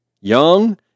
Young